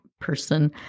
person